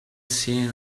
seen